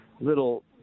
little